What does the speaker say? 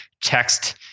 text